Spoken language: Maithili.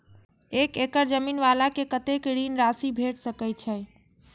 एक एकड़ जमीन वाला के कतेक ऋण राशि भेट सकै छै?